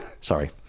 Sorry